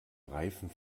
reifen